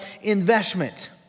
investment